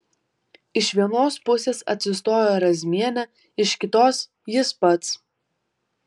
iš vienos pusės atsistojo razmienė iš kitos jis pats